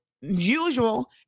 usual